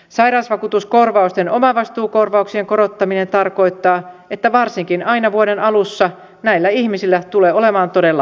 sairausvakuutuskorvausten omavastuukorvauksien korottaminen tarkoittaa että varsinkin aina vuoden alussa näillä ihmisillä tulee olemaan todella vaikeaa